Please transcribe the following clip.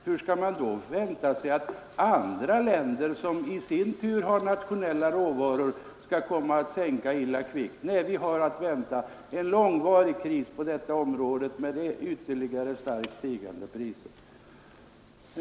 Hur skall man då kunna räkna med att andra länder som också har nationella råvaror skall komma att sänka illa kvickt? Nej, vi har att vänta en långvarig kris på detta område med ytterligare stigande priser.